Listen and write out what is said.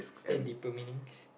is there a deeper meanings